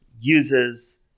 uses